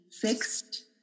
fixed